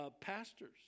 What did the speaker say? pastors